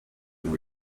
and